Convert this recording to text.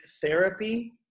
therapy